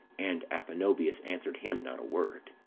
and athenobius answered him not a word.